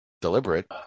deliberate